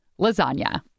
lasagna